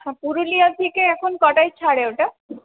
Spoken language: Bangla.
পুরুলিয়া থেকে এখন কটায় ছাড়ে ওটা